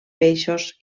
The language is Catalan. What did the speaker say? peixos